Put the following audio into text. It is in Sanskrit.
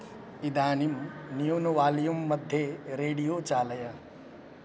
इदानीं न्यूनं वाल्यूम् मध्ये रेडियो चालय